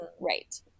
Right